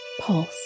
pulse